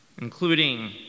including